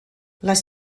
les